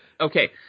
Okay